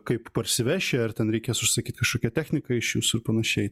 kaip parsiveši ar ten reikės užsakyt kažkokią techniką iš jūsų ir panašiai